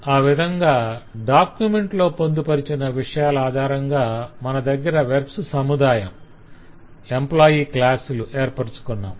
ఆ విధంగా డాక్యుమెంట్ లో పొందుపరచిన విషయాల ఆధారంగా మన దగ్గర వెర్బ్స్ సముదాయం ఎంప్లాయ్ క్లాసులు ఏర్పరచుకున్నాం